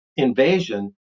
invasion